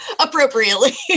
Appropriately